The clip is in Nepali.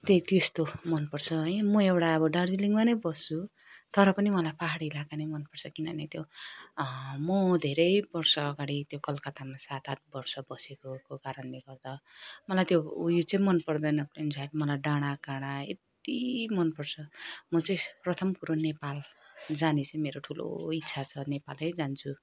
त्यो त्यस्तो मनपर्छ है म एउटा अब दार्जिलिङमा नै बस्छु तर पनि मलाई पाहाड इलाका नै मनपर्छ किनभने त्यो म धेरै वर्ष अगाडि त्यो कलकत्तामा सात आठ वर्ष बसेको को कारणले गर्दा मलाई त्यो उयो चाहिँ मनपर्दैन इनफेक्ट मलाई डाँडा काँडा यत्ति मनपर्छ म चाहिँ प्रथम कुरो नेपाल जाने चाहिँ मेरो ठुलो इच्छा छ नेपालै जान्छु